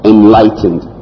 Enlightened